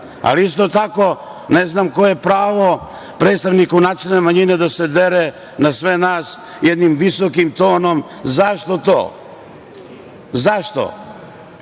itd. Isto tako ne znam koje je pravo predstavniku nacionalne manjine da se dere na sve nas jednim visokim tonom. Zašto to? Zašto?